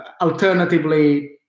alternatively